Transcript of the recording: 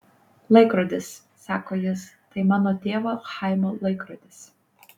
laikrodis sako jis tai mano tėvo chaimo laikrodis